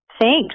Thanks